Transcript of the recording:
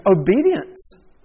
obedience